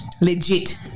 legit